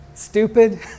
Stupid